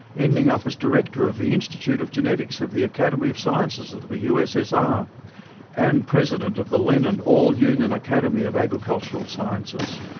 ending up as director of the institute of genetics of the academy of sciences of the the u. s. s. r um and president of the lenin all-union academy of agricultural sciences.